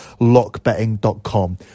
lockbetting.com